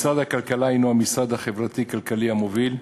משרד הכלכלה הוא המשרד החברתי-כלכלי המוביל,